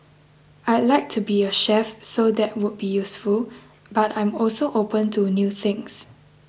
I'd like to be a chef so that would be useful but I'm also open to new things